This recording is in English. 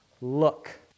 Look